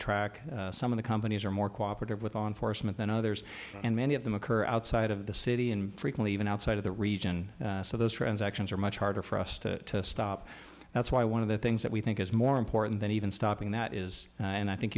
track some of the companies are more cooperative with law enforcement than others and many of them occur outside of the city and frequently even outside of the region so those transactions are much harder for us to stop that's why one of the things that we think is more important than even stopping that is and i think